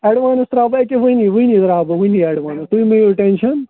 advance ترٛاوٕ بہٕ أکیٛاہ ؤنی ؤنی ترٛاوٕ بہٕ وُنی ایٚڈوانٕس تُہۍ مٔہ ہیٚیِو ٹٮ۪نشَن